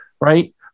right